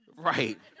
Right